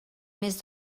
mes